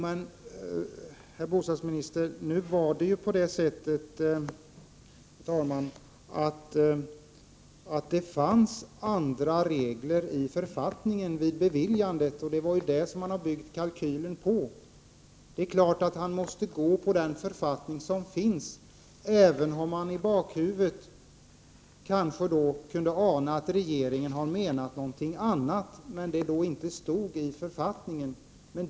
Herr talman! Men nu var det ju på det sättet, herr bostadsminister, att det fanns andra regler i författningen vid lånets beviljande, och det var detta som kalkylen byggdes på. Det är klart att den som bygger måste gå på den författning som finns, även om han i bakhuvudet kanske kunde ana att regeringen menat någonting annat, trots att det inte stod i författningen.